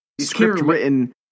script-written